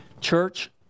Church